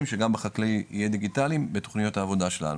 שגם בחקלאי יהיה דיגיטליים בתוכניות העבודה שלנו.